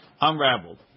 unraveled